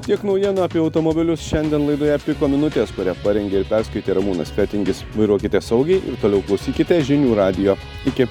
tiek naujienų apie automobilius šiandien laidoje piko minutės kurią parengė ir perskaitė ramūnas fetingis vairuokite saugiai ir toliau klausykite žinių radijo iki